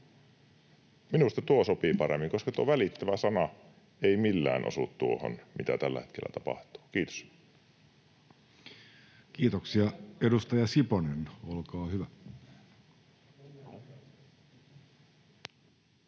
Minusta tuo sopii paremmin, koska tuo välittävä-sana ei millään osu tuohon, mitä tällä hetkellä tapahtuu. — Kiitos. Kiitoksia. — Edustaja Siponen, olkaa hyvä.